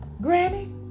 Granny